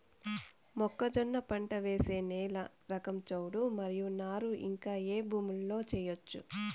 మొక్కజొన్న పంట వేసే నేల రకం చౌడు మరియు నారు ఇంకా ఏ భూముల్లో చేయొచ్చు?